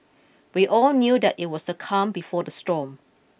we all knew that it was the calm before the storm